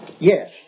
Yes